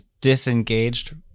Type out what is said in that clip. disengaged